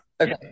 Okay